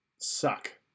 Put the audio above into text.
suck